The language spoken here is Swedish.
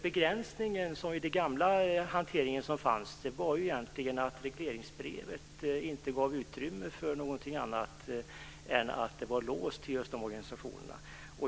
Begränsningen i den gamla hanteringen berodde egentligen på att regleringsbrevet inte gav utrymme för någonting annat. Det var låst till just de här organisationerna.